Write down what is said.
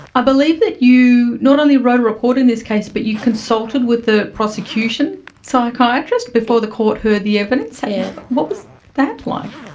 i believe that you not only wrote a report in this case but you consulted with the prosecution psychiatrist before the court heard the evidence. ah what was that like?